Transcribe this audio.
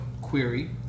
query